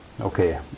okay